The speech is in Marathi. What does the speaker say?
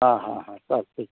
हां हां हां चालतं आहे